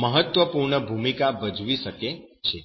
મહત્વપૂર્ણ ભૂમિકા ભજવી શકે છે